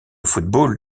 football